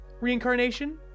reincarnation